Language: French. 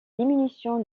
diminution